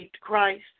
Christ